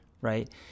right